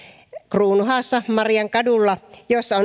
kruunuhaassa mariankadulla jossa